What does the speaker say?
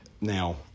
Now